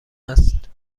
است